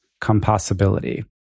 compossibility